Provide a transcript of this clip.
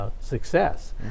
success